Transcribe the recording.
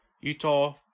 Utah